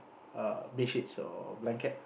err bed sheets or blanket